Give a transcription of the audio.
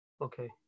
Okay